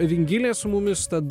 vingilė su mumis tad